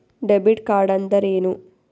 Debit ಕಾರ್ಡ್ಅಂದರೇನು?